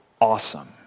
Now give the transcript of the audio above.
awesome